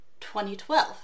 2012